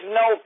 no